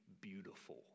beautiful